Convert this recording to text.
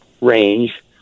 range